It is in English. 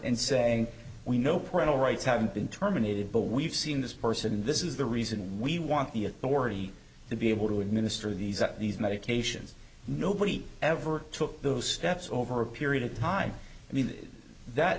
and saying we know printer rights haven't been terminated but we've seen this person this is the reason we want the authority to be able to administer these are these medications nobody ever took those steps over a period of time i mean that